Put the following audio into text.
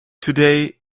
today